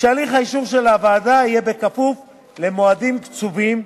כשהליך האישור של הוועדה יהיה בכפוף למועדים קצובים.